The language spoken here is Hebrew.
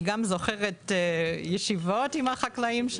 אני גם זוכרת ישיבות עם החקלאים,